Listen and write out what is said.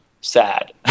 sad